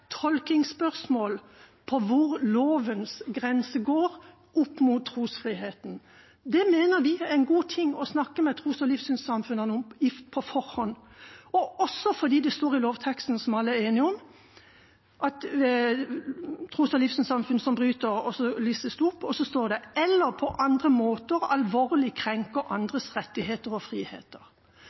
hvor lovens grense går opp mot trosfriheten. Det mener vi er en god ting å snakke med tros- og livssynssamfunnene om på forhånd, også fordi det i lovforslaget, som alle er enige om, står om konsekvensene når tros- og livssynssamfunn «bryter» det som listes opp, «eller på andre måter alvorlig krenker andres rettigheter og friheter».